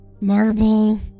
Marble